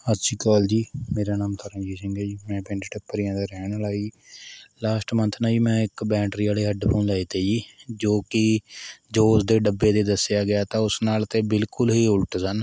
ਸਤਿ ਸ਼੍ਰੀ ਅਕਾਲ ਜੀ ਮੇਰਾ ਨਾਮ ਤਰਨਜੀਤ ਸਿੰਘ ਹੈ ਜੀ ਮੈਂ ਪਿੰਡ ਟੱਪਰੀਆਂ ਦਾ ਰਹਿਣ ਵਾਲਾ ਜੀ ਲਾਸਟ ਮੰਥ ਨਾ ਜੀ ਮੈਂ ਇੱਕ ਬੈਂਟਰੀ ਵਾਲੇ ਹੈੱਡਫੋਨ ਲਏ ਤੇ ਜੀ ਜੋ ਕਿ ਜੋ ਉਸਦੇ ਡੱਬੇ ਦੇ ਦੱਸਿਆ ਗਿਆ ਤਾਂ ਉਸ ਨਾਲ਼ ਤਾਂ ਬਿਲਕੁਲ ਹੀ ਉਲਟ ਸਨ